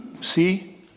See